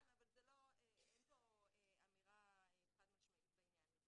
נכון, אבל אין פה אמירה חד משמעית בעניין הזה